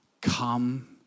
come